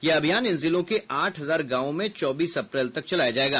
यह अभियान इन जिलों के आठ हजार गांवों में चौबीस अप्रैल तक चलाया जायेगा